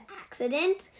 accident